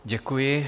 Děkuji.